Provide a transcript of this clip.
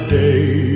day